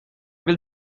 will